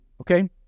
okay